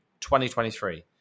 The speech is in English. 2023